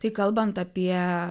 tai kalbant apie